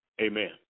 amen